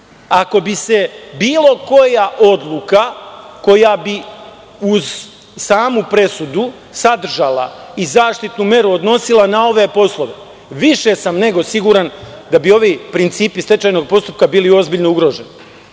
Ako bi se bilo koja odluka koja bi uz samu presudu sadržala i zaštitnu meru odnosila na ove poslove, više sam nego siguran da bi ovi principi stečajnog postupka bili ozbiljno ugroženi,